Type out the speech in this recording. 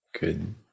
Good